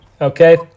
okay